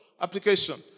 application